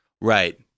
right